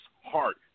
heart